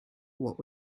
what